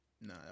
Nah